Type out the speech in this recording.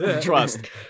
trust